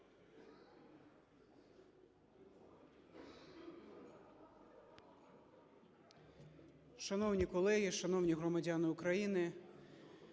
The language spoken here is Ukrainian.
Шановні колеги, шановні громадяни України,